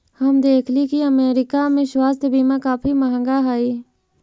हम देखली की अमरीका में स्वास्थ्य बीमा काफी महंगा हई